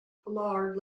pollard